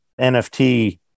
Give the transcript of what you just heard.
NFT